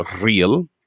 real